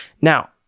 Now